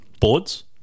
Boards